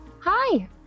Hi